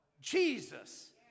Jesus